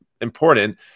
important